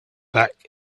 back